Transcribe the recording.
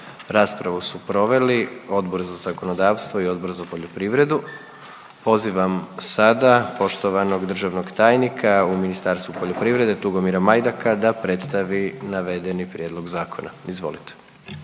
Raspravu su proveli Odbor za zakonodavstvo i Odbor za poljoprivredu. Pozivam sada poštovanog državnog tajnika u Ministarstvu poljoprivrede Tugomira Majdaka da predstavi navedeni prijedlog zakona, izvolite.